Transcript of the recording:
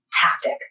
tactic